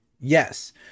Yes